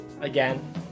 Again